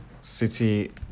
City